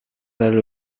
lalu